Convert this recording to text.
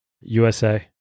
USA